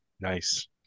Nice